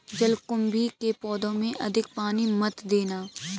जलकुंभी के पौधों में अधिक पानी मत देना